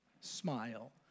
smile